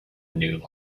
new